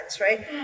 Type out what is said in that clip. right